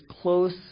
close